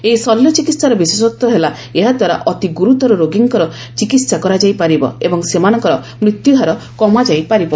ଏହି ଶଲ୍ୟ ଚିକିତ୍ସାର ବିଶେଷତ୍ୱ ହେଲା ଏହାଦ୍ୱାରା ଅତି ଗୁରୁତର ରୋଗୀଙ୍କର ଚିକିହା କରାଯାଇପାରିବ ଏବଂ ସେମାନଙ୍କର ମୃତ୍ୟୁହାର କମାଯାଇପାରିବ